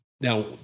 Now